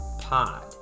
pod